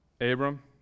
Abram